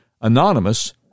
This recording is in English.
anonymous